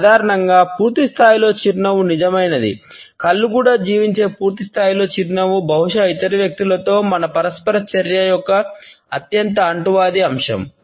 సాధారణంగా పూర్తిస్థాయిలో చిరునవ్వు నిజమైనదని కళ్ళు కూడా జీవించే పూర్తిస్థాయిలో చిరునవ్వు బహుశా ఇతర వ్యక్తులతో మన పరస్పర చర్య యొక్క అత్యంత అంటువ్యాధి అంశం